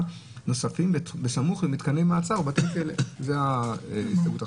נוספים בסמוך למתקני מעצר ובתי כלא"." זו הסתייגות אחת.